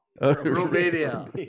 Romania